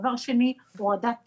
דבר שני, הורדת תקן.